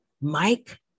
Mike